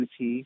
UT